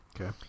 Okay